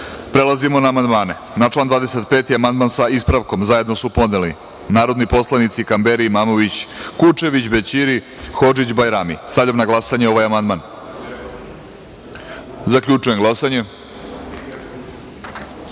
načelu. Prelazimo na amandmane. Na član 25. amandman, sa ispravkom, zajedno su podneli narodni poslanici Kamberi, Imamović, Kučević, Bećiri, Hodžić i Bajrami. Stavljam na glasanje ovaj amandman. Zaključujem glasanje: